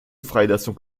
freilassung